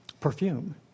perfume